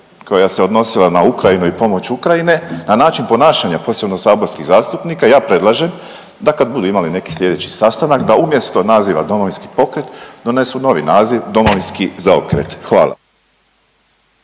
koja se odnosila na Ukrajinu i pomoć Ukrajine, na način ponašanja, posebno saborskih zastupnika, ja predlažem da kad budu imali neki slijedeći sastanak da umjesto naziva Domovinski pokret donesu novi naziv Domovinski zaokret, hvala.